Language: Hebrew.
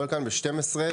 (הישיבה נפסקה